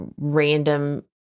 random